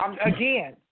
Again